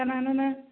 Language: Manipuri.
ꯀꯅꯥꯅꯣ ꯅꯪ